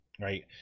Right